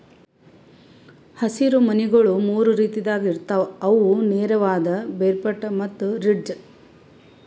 ಹಸಿರು ಮನಿಗೊಳ್ ಮೂರು ರೀತಿದಾಗ್ ಇರ್ತಾವ್ ಅವು ನೇರವಾದ, ಬೇರ್ಪಟ್ಟ ಮತ್ತ ರಿಡ್ಜ್